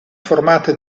formate